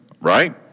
right